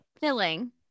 Filling